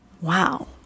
Wow